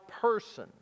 person